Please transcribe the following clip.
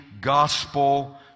gospel